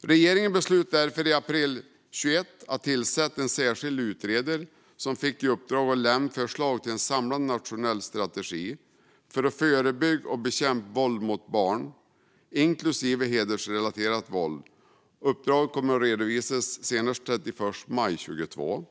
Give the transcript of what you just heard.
Regeringen beslutade därför i april 2021 att tillsätta en särskild utredare som fick i uppdrag att lämna förslag till en samlad nationell strategi för att förebygga och bekämpa våld mot barn, inklusive hedersrelaterat våld. Uppdraget kommer att redovisas senast den 31 maj 2022.